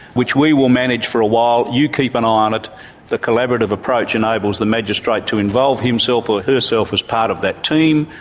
which we will manage for a while. you keep an eye on it the collaborative approach enables the magistrate to involve himself or herself as part of that team.